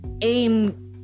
aim